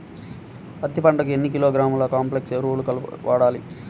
పత్తి పంటకు ఎన్ని కిలోగ్రాముల కాంప్లెక్స్ ఎరువులు వాడాలి?